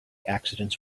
accidents